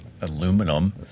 aluminum